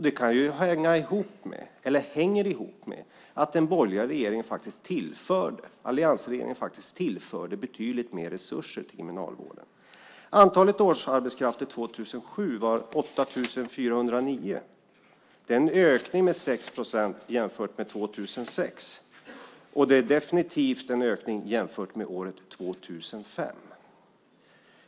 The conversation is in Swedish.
Det hänger ihop med att alliansregeringen tillförde betydligt mer resurser till Kriminalvården. Antalet årsarbetskrafter 2007 var 8 409. Det är en ökning med 6 procent jämfört med 2006, och det är definitivt en ökning jämfört med året 2005.